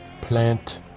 plant